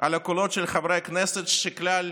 על הקולות של חברי כנסת שכלל